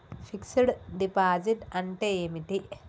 Fix డ్ deposit అంటే ఏమిటి?